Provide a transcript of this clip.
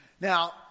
Now